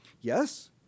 Yes